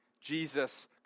Jesus